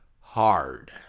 hard